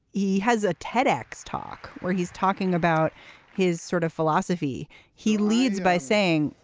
he has a ted x talk where he's talking about his sort of philosophy he leads by saying,